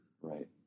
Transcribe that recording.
right